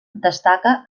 destaca